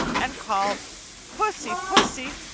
and called pussy, pussy,